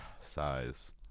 Size